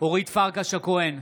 אורית פרקש הכהן,